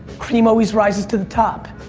cream always rises to the top.